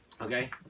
Okay